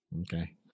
Okay